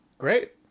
great